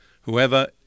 Whoever